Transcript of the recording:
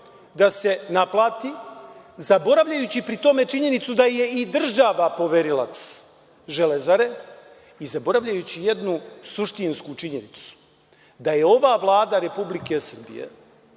da se naplati, zaboravljajući pri tome činjenicu da je i država poverilac „Železare“ i zaboravljajući jednu suštinsku činjenicu, da je ova Vlada RS i u vreme